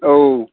औ